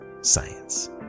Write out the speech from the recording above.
science